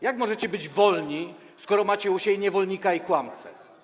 Jak możecie być wolni, skoro macie u siebie niewolnika i kłamcę?